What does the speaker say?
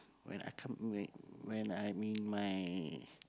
when I come when when I'm in my